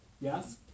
Yes